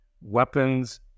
weapons